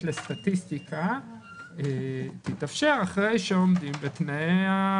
לסטטיסטיקה תתאפשר אחרי שעומדים בתנאים.